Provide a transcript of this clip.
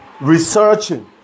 researching